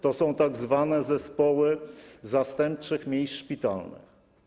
To są tzw. zespoły zastępczych miejsc szpitalnych.